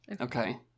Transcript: Okay